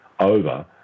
over